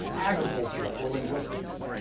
agriculture or linguistics.